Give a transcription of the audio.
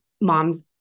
moms